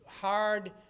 hard